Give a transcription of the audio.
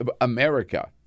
America